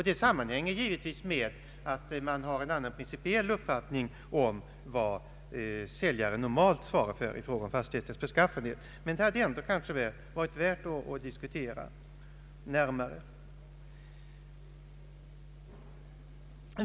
Det sammanhänger givetvis med att den nya lagen har en annan principiell lösning av vad säljaren normalt svarar för i fråga om fastighetens beskaffenhet, men det hade kanske ändå varit värt att diskutera närmare.